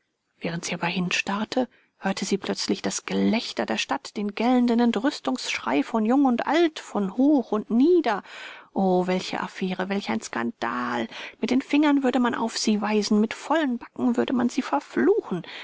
während sie aber hinstarrte hörte sie plötzlich das gelächter der stadt den gellenden entrüstungsschrei von jung und alt von hoch und nieder oh welche affäre welch ein skandal mit den fingern würde man auf sie weisen mit vollen backen würde man sie verfluchen